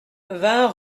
vingt